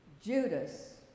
Judas